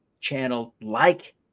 channel-like